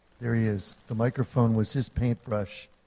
there he is. the microphone was his paintbrush,